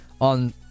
on